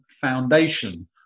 foundation